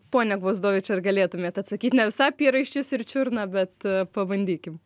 pone gvozdovič ar galėtumėt atsakyti ne visai apie raiščius ir čiurną bet pabandykim